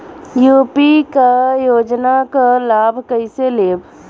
UP क योजना क लाभ कइसे लेब?